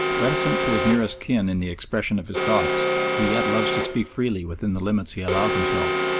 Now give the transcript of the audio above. reticent to his nearest kin in the expression of his thoughts, he yet loves to speak freely within the limits he allows himself,